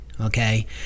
okay